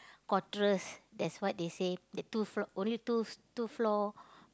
quatres that's what they say the two fl~ only two two floor